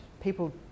People